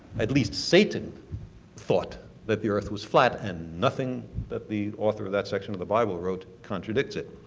at least satan thought that the earth was flat and nothing that the author of that section of the bible wrote contradicts it.